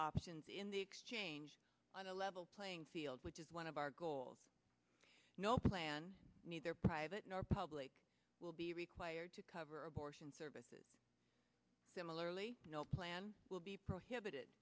options in the exchange on a level playing field which is one of our goals no plan neither private or public will be required to cover abortion services similarly no plan will be prohibited